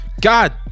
god